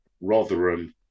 Rotherham